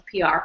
PR